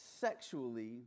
sexually